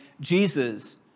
Jesus